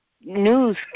news